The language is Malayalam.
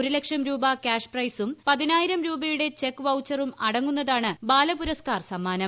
ഒരു ലക്ഷം രൂപ ക്യാഷ് പ്രൈസും പ്രിതിനായിരം രൂപയുടെ ചെക്ക് വൌച്ചറും അടങ്ങുന്നതാണ് ബൂലപുരസ്കാർ സമ്മാനം